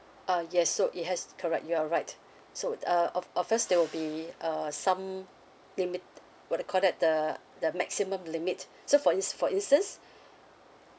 uh yes so it has correct you're right so uh of of course there will be uh some limit what they call that the the maximum limit so for ins~ for instance